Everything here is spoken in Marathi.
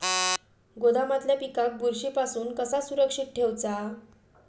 गोदामातल्या पिकाक बुरशी पासून कसा सुरक्षित ठेऊचा?